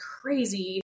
crazy